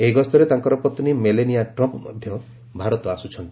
ଏହି ଗସ୍ତରେ ତାଙ୍କର ପତ୍ନୀ ମେଲେନିଆ ଟ୍ରମ୍ପ ମଧ୍ୟ ଭାରତ ଆସୁଛନ୍ତି